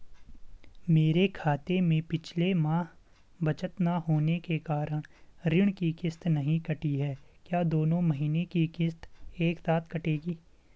मेरे खाते में पिछले माह बचत न होने के कारण ऋण की किश्त नहीं कटी है क्या दोनों महीने की किश्त एक साथ कटेगी?